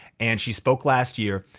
and she spoke last year.